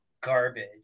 garbage